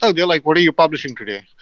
oh, they're like, what are you publishing today?